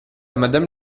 madame